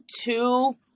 two